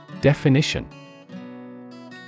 Definition